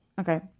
Okay